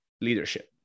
leadership